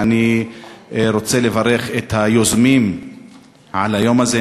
ואני רוצה לברך את היוזמים על היום הזה,